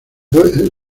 puede